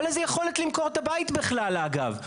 או על איזה יכולת למכור את הבית בכלל, אגב?